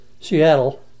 Seattle